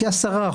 שזה כ-10%.